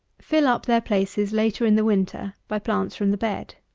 fill up their places, later in the winter, by plants from the bed.